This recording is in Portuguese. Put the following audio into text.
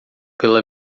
pela